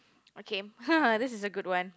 okay haha this is a good one